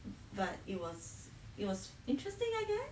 but it was it was interesting idea